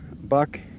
buck